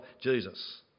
Jesus